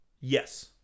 Yes